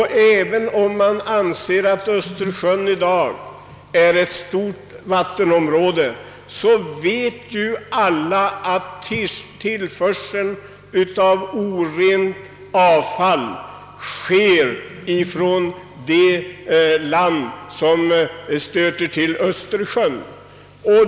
Östersjön anses i dag vara ett stort vattenområde, men det förekommer där utflöde av avfallsvatten från samtliga länder som gränsar till Östersjön.